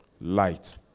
Light